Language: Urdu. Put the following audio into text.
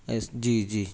یس جی جی